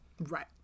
right